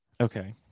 okay